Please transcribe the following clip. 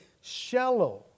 shallow